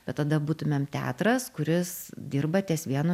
bet tada būtumėm teatras kuris dirba ties vienu